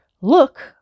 look